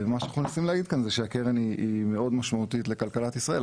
מה שאנחנו מנסים להגיד כאן זה שהקרן היא מאוד משמעותית לכלכלת ישראל,